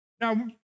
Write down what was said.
Now